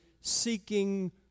seeking